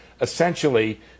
essentially